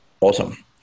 Awesome